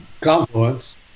Confluence